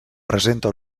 presenta